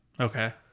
Okay